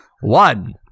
One